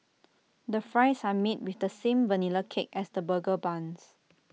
the fries are made with the same Vanilla cake as the burger buns